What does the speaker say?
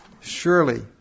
Surely